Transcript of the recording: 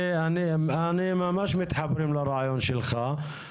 אנחנו ממש מתחברים לרעיון שלך,